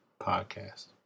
podcast